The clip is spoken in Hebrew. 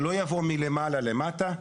שלא יבואו מלמעלה למטה.